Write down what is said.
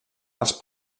als